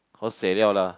hosei liao lah